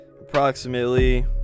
approximately